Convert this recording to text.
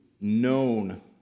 known